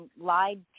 lied